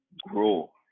grow